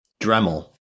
Dremel